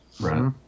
Right